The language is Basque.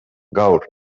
gaur